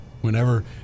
whenever